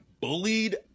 bullied